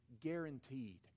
guaranteed